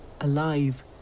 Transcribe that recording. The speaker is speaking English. alive